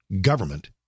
government